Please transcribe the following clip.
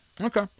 okay